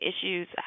issues